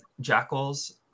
jackals